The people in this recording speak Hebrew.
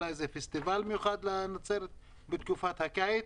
אולי פסטיבל מיוחד לנצרת בתקופת הקיץ,